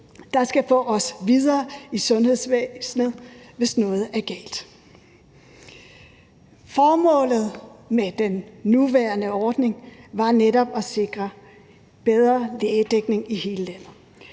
der skal få os videre i sundhedsvæsenet, hvis noget er galt. Formålet med den nuværende ordning var netop at sikre bedre lægedækning i hele landet.